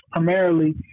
primarily